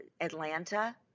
Atlanta